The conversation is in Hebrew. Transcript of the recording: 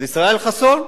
זה ישראל חסון.